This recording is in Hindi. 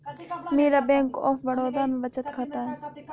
मेरा बैंक ऑफ बड़ौदा में बचत खाता है